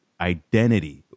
identity